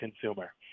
consumer